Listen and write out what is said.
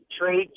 Trade